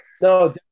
No